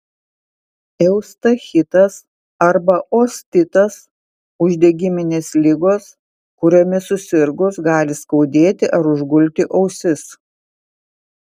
eustachitas arba ostitas uždegiminės ligos kuriomis susirgus gali skaudėti ar užgulti ausis